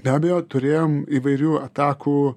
be abejo turėjom įvairių atakų